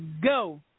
go